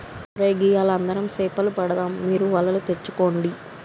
ఒరై గియ్యాల అందరం సేపలు పడదాం మీ వలలు తెచ్చుకోండి